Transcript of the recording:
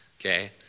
okay